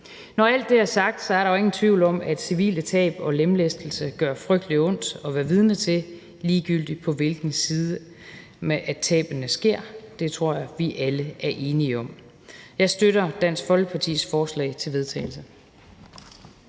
Når alt det er sagt, er der jo ingen tvivl om, at civile tab og lemlæstelse gør frygtelig ondt at være vidne til – ligegyldigt på hvilken side tabene sker. Det tror jeg vi alle er enige om. Jeg støtter Dansk Folkepartis forslag til vedtagelse.